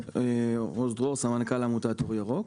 עוז דרור, סמנכ"ל עמותת אור ירוק.